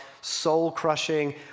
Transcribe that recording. soul-crushing